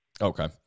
Okay